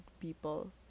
people